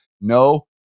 No